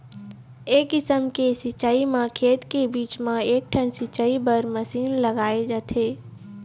ए किसम के सिंचई म खेत के बीच म एकठन सिंचई बर मसीन लगाए जाथे